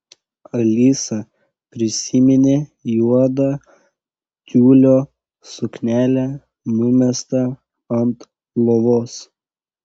alisa prisiminė juodą tiulio suknelę numestą ant lovos